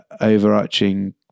overarching